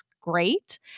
great